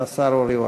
השר אורי אורבך.